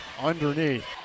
underneath